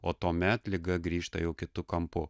o tuomet liga grįžta jau kitu kampu